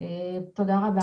תודה רבה.